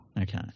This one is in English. okay